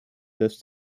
this